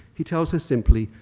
he tells her simply,